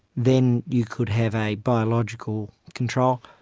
then you could have a biological control.